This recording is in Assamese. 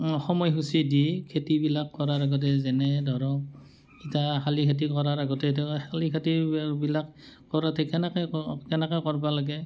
সময়সূচী দি খেতিবিলাক কৰাৰ আগতে যেনে ধৰক এতিয়া শালি খেতি কৰাৰ আগতে তেওঁ শালি খেতিবিলাক কৰোঁতে কেনেকৈ কেনেকৈ কৰিব লাগে